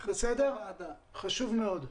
זה חשוב מאוד.